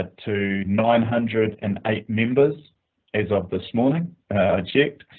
two nine hundred and eight members as of this morning i checked.